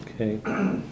Okay